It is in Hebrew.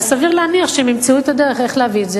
אז סביר להניח שהם ימצאו את הדרך להביא את זה.